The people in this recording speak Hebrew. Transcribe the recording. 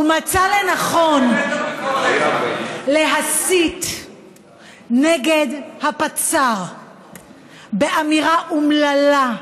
הוא מצא לנכון להסית נגד הפצ"ר באמירה אומללה,